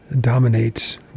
dominates